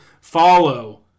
follow